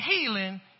healing